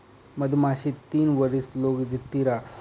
मधमाशी तीन वरीस लोग जित्ती रहास